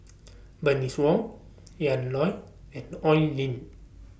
Bernice Wong Ian Loy and Oi Lin